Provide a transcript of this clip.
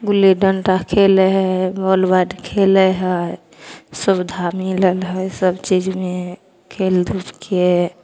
गुल्ली डंटा खेलय हय बॉल बैट खेलय हय सुबिधा मिलल हय सब चीज मे खेल धूप के